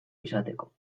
izateko